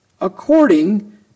according